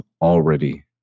already